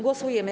Głosujemy.